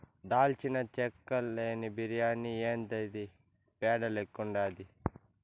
దాల్చిన చెక్క లేని బిర్యాని యాందిది పేడ లెక్కుండాది